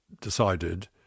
decided